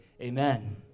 amen